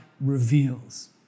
reveals